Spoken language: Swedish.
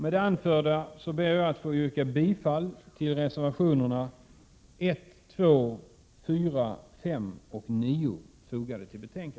Med det anförda ber jag att få yrka bifall till reservationerna 1,2,4,5 och 9.